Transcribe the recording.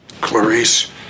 Clarice